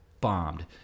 bombed